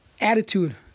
attitude